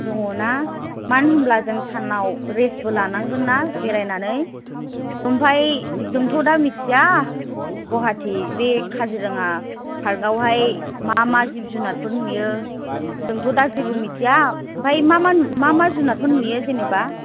दङ ना मानो होमब्ला जों सानाव रेस्टबो लानांगोनना बेरायनानै ओमफ्राय जोंथ' दा मिथिया गुवाहाटि बे काजिरङा पार्कआव हाइ मा मा जिब जुनारफोर नुयो जोंथ' दा जेबो मिन्थिया ओमफ्राय मा मा मा मा जुनारफोर नुयो जेनेबा